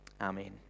Amen